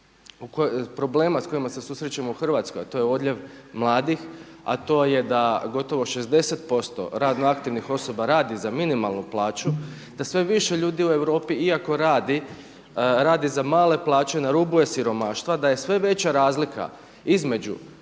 problema sa kojima se susrećemo u Hrvatskoj, a to je odljev mladih, a to je da gotovo 60% radno aktivnih osoba radi za minimalnu plaću, da sve više ljudi u Europi iako radi, radi za male plaće, na rubu je siromaštva, da je sve veća razlika između